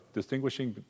distinguishing